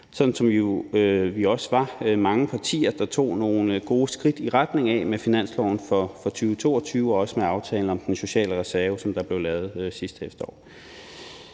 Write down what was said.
som vi jo også var mange partier der tog nogle gode skridt i retning af med finansloven for 2022, også med aftalen om den sociale reserve, som der blev lavet sidste efterår.